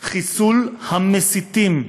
חיסול המסיתים.